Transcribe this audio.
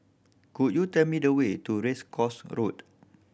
could you tell me the way to Race Course Road